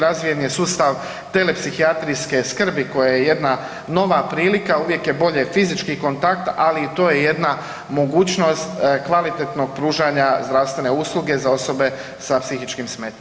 Razvijen je sustav tele psihijatrijske skrbi koja je jedna nova prilika, uvijek je bolje fizički kontakt, ali i to je jedna mogućnost kvalitetnog pružanja zdravstvene usluge za osobe sa psihičkim smetnjama.